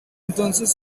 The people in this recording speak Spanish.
entonces